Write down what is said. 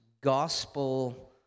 gospel